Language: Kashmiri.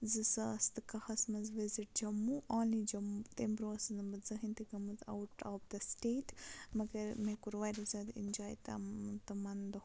زٕ ساس تہٕ کَہَس منٛز وِزِٹ جموں اونلی جموں تمہِ برٛونٛہہ ٲسٕس نہٕ بہٕ زٕہٕنۍ تہِ گٔمٕژ آوُٹ آف دَ سٹیٹ مگر مےٚ کوٚر واریاہ زیادٕ اٮ۪نجاے تام تمَن دۄہَن